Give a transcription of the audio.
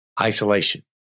isolation